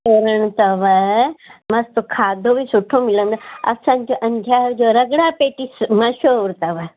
तोरण अथव मस्तु खाधो बि सुठो मिलंद असांजो अंजार जो रगड़ा पेटीस मशहूरु अथव